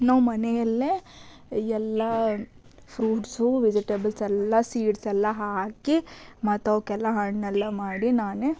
ನಾವು ಮನೆಯಲ್ಲೆ ಎಲ್ಲ ಫ್ರುಟ್ಸು ವೆಜಿಟಬಲ್ಸ್ ಎಲ್ಲ ಸೀಡ್ಸ್ ಎಲ್ಲ ಹಾಕಿ ಮತ್ತವಕೆಲ್ಲ ಹಣ್ಣೆಲ್ಲ ಮಾಡಿ ನಾನೇ